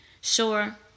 Sure